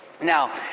Now